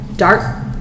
dark